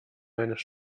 eines